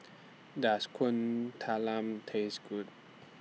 Does Kuih Talam Taste Good